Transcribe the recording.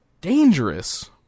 dangerous